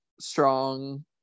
strong